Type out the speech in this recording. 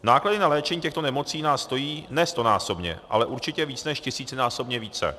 Náklady na léčení těchto nemocí nás stojí ne stonásobně, ale určitě více než tisícinásobně více.